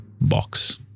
box